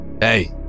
Hey